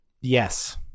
Yes